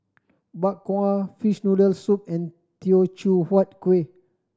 Bak Kwa fishball noodle soup and Teochew Huat Kueh